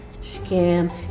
scam